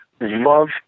love